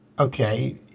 okay